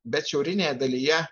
bet šiaurinėje dalyje